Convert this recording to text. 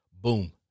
Boom